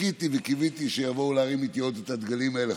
חיכיתי וקיוויתי שיבואו עוד להרים איתי עוד את הדגלים האלה,